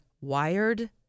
wired